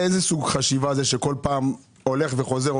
איזה סוג חשיבה זה, שכל פעם הולך וחוזר?